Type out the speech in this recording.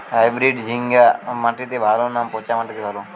Hybrid ঝিঙ্গা মাটিতে ভালো না মাচাতে ভালো ফলন?